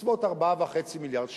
בסביבות 4.5 מיליארד שקלים.